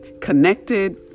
connected